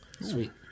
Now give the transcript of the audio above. Sweet